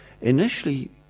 initially